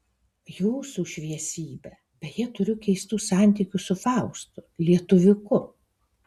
jūsų šviesybe beje turiu keistų santykių su faustu lietuviuku